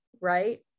right